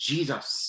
Jesus